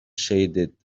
shaded